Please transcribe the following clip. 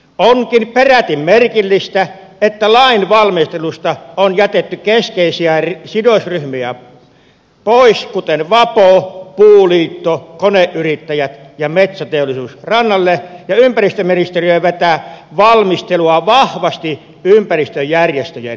onkin peräti merkillistä että lain valmistelusta on jätetty pois keskeisiä sidosryhmiä kuten vapo puuliitto koneyrittäjät ja metsäteollisuus ja ympäristöministeriö vetää valmistelua vahvasti ympäristöjärjestöjen ehdoilla